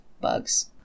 bugs